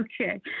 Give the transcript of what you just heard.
Okay